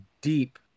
deep